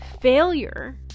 Failure